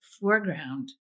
foreground